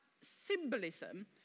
symbolism